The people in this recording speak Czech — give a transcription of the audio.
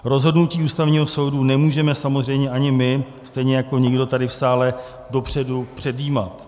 Rozhodnutí Ústavního soudu nemůžeme samozřejmě ani my, stejně jako nikdo tady v sále dopředu předjímat.